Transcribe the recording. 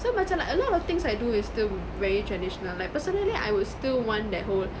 so macam like a lot of things I do is still very traditional like personally I would still want that whole